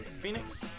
Phoenix